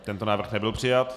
Tento návrh nebyl přijat.